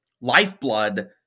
lifeblood